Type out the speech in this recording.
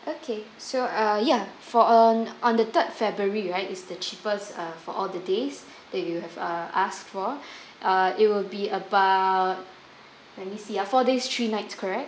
okay so uh ya for err on the third february right is the cheapest uh for all the days that you have asked for uh it will be about let me see ah four days three nights correct